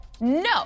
no